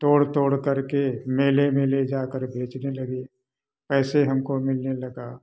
तोड़ तोड़ कर के मेले में ले जाकर बेचने लगे पैसे हमको मिलने लगा